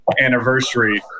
anniversary